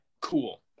cool